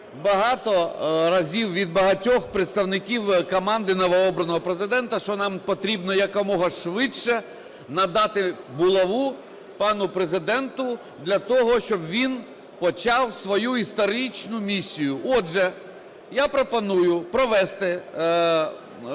багато разів від багатьох представників команди новообраного Президента, що нам потрібно якомога швидше надати Булаву пану Президенту для того, щоб він почав свою історичну місію. Отже, я пропоную провести урочисте